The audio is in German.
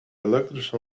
elektrisch